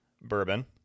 bourbon